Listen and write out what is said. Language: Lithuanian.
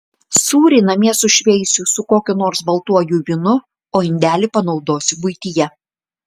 sūrį namie sušveisiu su kokiu nors baltuoju vynu o indelį panaudosiu buityje